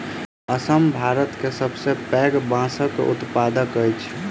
असम भारत के सबसे पैघ बांसक उत्पादक अछि